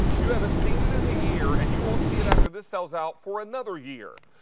you haven't seen it in a year. and you won't see it after this sells out for another year.